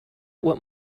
what